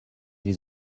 les